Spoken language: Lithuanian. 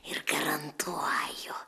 ir garantuoju